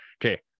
Okay